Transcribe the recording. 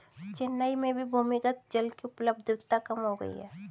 चेन्नई में भी भूमिगत जल की उपलब्धता कम हो गई है